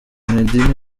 meddy